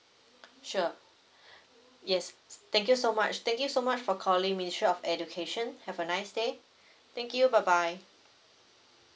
sure yes thank you so much thank you so much for calling ministry of education have a nice day thank you bye bye